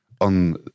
on